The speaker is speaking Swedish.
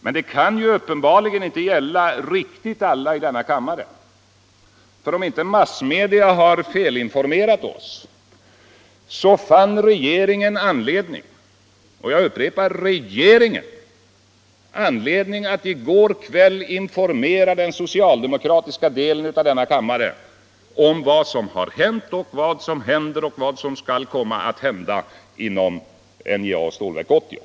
Men det kan uppen barligen inte gälla riktigt alla i denna kammare, för om inte massmedia har felinformerat, så fann regeringen — jag upprepar: regeringen — anledning att i går kväll informera den socialdemokratiska delen av denna kammare om vad som har hänt, vad som händer och vad som skall komma att hända inom NJA och Stålverk 80.